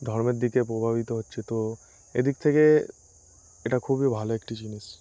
ধর্মের দিকে প্রভাবিত হচ্ছে তো এদিক থেকে এটা খুবই ভালো একটি জিনিস